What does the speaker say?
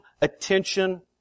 attention